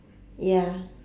ya